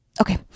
Okay